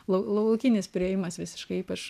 lau laukinis priėjimas visiškai ypač